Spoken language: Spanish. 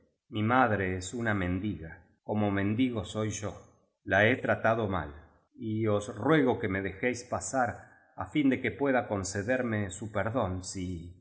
mi madre es una mendiga como mendigo soy yo la he tratado mal y os ruego que me dejéis pasar á fin de que pueda concederme su perdón si